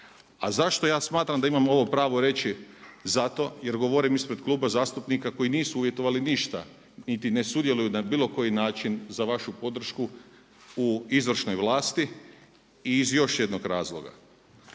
A zašto ja smatram da imam ovo pravo reći? Zato jer govorim ispred kluba zastupnika koji nisu uvjetovali ništa niti ne sudjeluju na bilo koji način za vašu podršku u izvršnoj vlasti. I iz još jednog razloga,